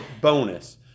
bonus